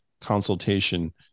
consultation